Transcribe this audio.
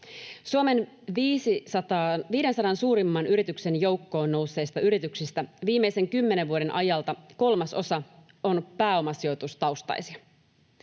Suomen 500 suurimman yrityksen joukkoon nousseista yrityksistä viimeisten kymmenen vuoden ajalta kolmasosa on pääomasijoitustaustaisia.